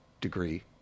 degree